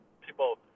people